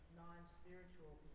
non-spiritual